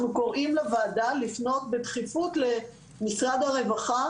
אנחנו קוראים לוועדה לפנות בדחיפות למשרד הרווחה